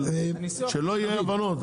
שלא יהיו אי הבנות,